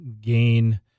gain